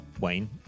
Wayne